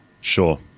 Sure